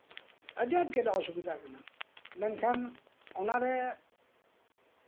ᱟᱹᱰᱤ ᱟᱸᱴ ᱜᱮᱞᱮ ᱚᱥᱩᱵᱤᱫᱷᱟᱜ ᱠᱟᱱᱟ ᱢᱮᱱᱠᱷᱟᱱ ᱚᱱᱟᱨᱮ